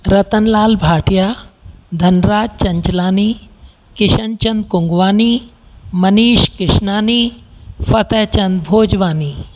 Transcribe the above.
Ratanlal Bhatia Dhanraj Chanchlani Kishanchand Kungwani Manish Kishnani Fatehchand Bhojwani